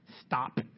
stop